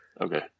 okay